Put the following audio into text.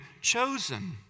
chosen